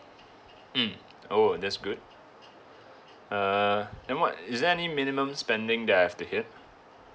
mm oh that's good uh then what is there any minimum spending that I have to hit